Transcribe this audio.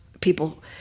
people